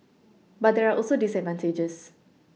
but there are also disadvantages